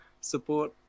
support